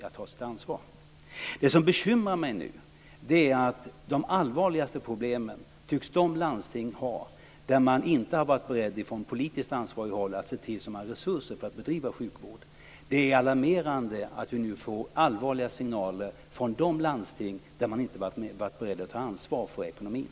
Det som nu bekymrar mig är att de allvarligaste problemen tycks finnas hos de landsting där man på politiskt ansvarigt håll inte har varit beredd se till att man har resurser för att bedriva sjukvård. Det är alarmerande att vi nu får allvarliga signaler från de landsting där man inte har varit beredd att ta ansvar för ekonomin.